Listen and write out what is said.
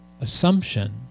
assumption